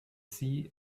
see